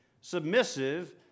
submissive